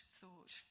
thought